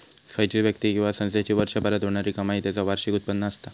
खयची व्यक्ती किंवा संस्थेची वर्षभरात होणारी कमाई त्याचा वार्षिक उत्पन्न असता